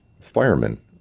firemen